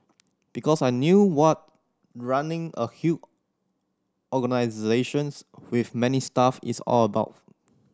because I knew what running a huge organisations with many staff is all about